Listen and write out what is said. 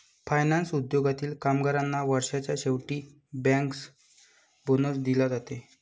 finance उद्योगातील कामगारांना वर्षाच्या शेवटी बँकर्स बोनस दिला जाते